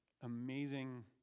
Amazing